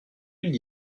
mille